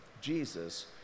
Jesus